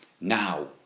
Now